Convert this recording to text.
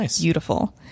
beautiful